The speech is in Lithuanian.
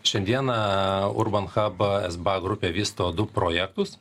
šiandieną urban chab sba grupė vysto du projektus